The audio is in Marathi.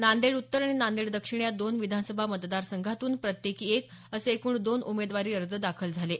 नांदेड उत्तर आणि नांदेड दक्षिण या दोन विधानसभा मतदार संघातून प्रत्येक एक असे एकूण दोन उमेदवारी अर्ज दाखल झाले आहेत